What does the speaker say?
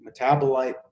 Metabolite